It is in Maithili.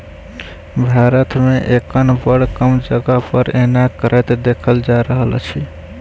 भारत मे एखन बड़ कम जगह पर एना करैत देखल जा रहल अछि